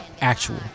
Actual